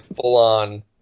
full-on